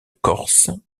corse